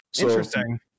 interesting